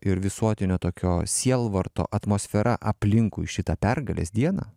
ir visuotinio tokio sielvarto atmosfera aplinkui šitą pergalės dieną